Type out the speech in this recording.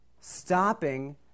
Stopping